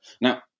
Now